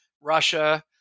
Russia